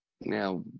Now